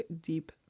deep